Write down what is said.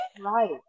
right